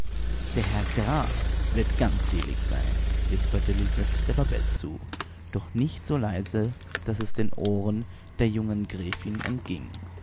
wäd der herr graf wird ganz selig sein wisperte lisette der babette zu doch nicht so leise daß es den ohren der jungen gräfin